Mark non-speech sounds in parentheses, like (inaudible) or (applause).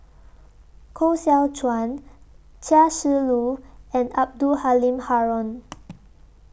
Koh Seow Chuan Chia Shi Lu and Abdul Halim Haron (noise)